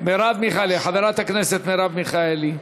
חברת הכנסת מרב מיכאלי,